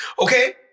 Okay